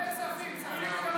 כספים.